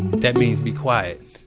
that means be quiet.